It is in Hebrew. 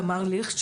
תמר ליכשט,